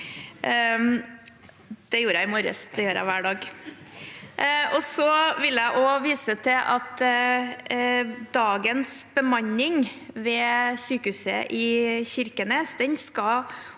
Jeg vil også vise til at dagens bemanning ved sykehuset i Kirkenes skal